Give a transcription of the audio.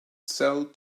sell